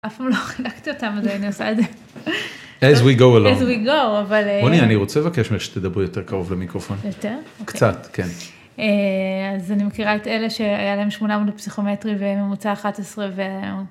אף פעם לא חילקתי אותם, אז הייתי עושה את זה. As we go along. As we go. רוני, אני רוצה לבקש ממך שתדברי יותר קרוב למיקרופון. יותר? קצת, כן. אז אני מכירה את אלה שהיה להם 800 בפסיכומטרי וממוצע 11 ו...